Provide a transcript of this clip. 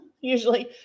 Usually